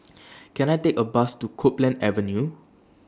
Can I Take A Bus to Copeland Avenue